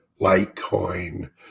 Litecoin